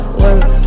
work